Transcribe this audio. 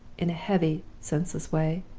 in a heavy, senseless way,